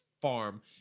farm